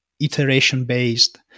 iteration-based